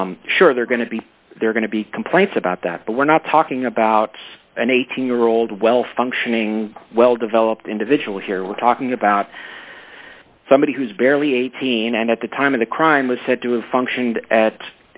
roper sure they're going to be they're going to be complaints about that but we're not talking about an eighteen year old well functioning well developed individual here we're talking about somebody who's barely eighteen and at the time of the crime was